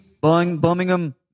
Birmingham